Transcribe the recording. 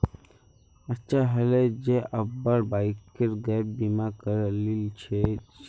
अच्छा हले जे अब्बार बाइकेर गैप बीमा करे लिल छिले